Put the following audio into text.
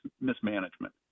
mismanagement